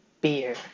beer